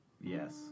Yes